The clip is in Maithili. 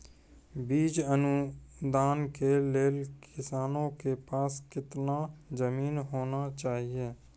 बीज अनुदान के लेल किसानों के पास केतना जमीन होना चहियों?